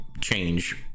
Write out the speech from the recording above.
change